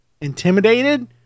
intimidated